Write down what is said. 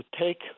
take